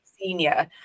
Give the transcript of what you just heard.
senior